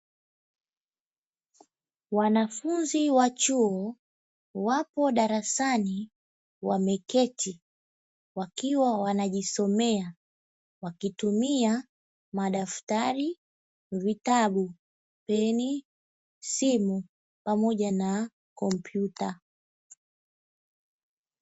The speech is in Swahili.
Wanafunzi wa chuo wapo darasani wameketi wakiwa wanajisomea wakitumia madaftari, vitabu, peni, simu pamoja na kompyuta.